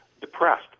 depressed